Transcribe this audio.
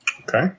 Okay